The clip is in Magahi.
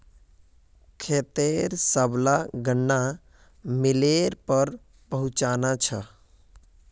खेतेर सबला गन्ना मिलेर पर पहुंचना छ